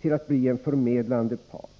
till att bli en förmedlande part.